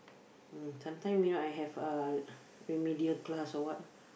mm sometimes you know I have uh remedial class or what